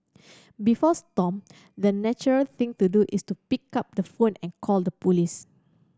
before Stomp the natural thing to do is to pick up the phone and call the police